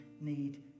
need